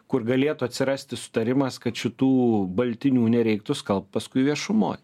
kur galėtų atsirasti sutarimas kad šitų baltinių nereiktų skalbt paskui viešumoj